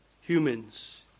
humans